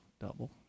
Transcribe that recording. Double